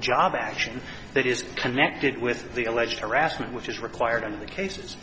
job action that is connected with the alleged harassment which is required in the cases